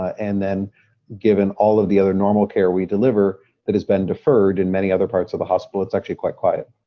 and then given all of the other normal care we deliver that has been deferred in many other parts of the hospital, it's actually quite quiet.